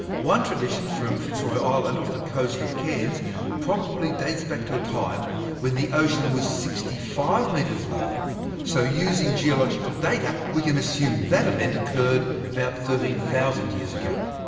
one tradition from fitzroy island off the coast of cairns probably dates back to a time when the ocean was sixty five metres lower so using geological data we can assume that event occurred about thirteen thousand years ago.